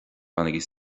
bainigí